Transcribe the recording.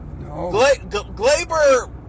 Glaber